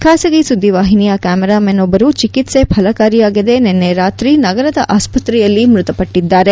ಖಾಸಗಿ ಸುದ್ದಿ ವಾಹಿನಿಯ ಕ್ಯಾಮೆರಾ ಮೆನ್ ಒಬ್ಬರು ಚಿಕಿತ್ಸೆ ಫಲಕಾರಿಯಾಗದೆ ನಿನ್ನೆ ರಾತ್ರಿ ನಗರದ ಆಸ್ವತ್ರೆಯಲ್ಲಿ ಮೃತ ಪಟ್ಟಿದ್ದಾರೆ